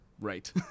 right